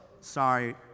sorry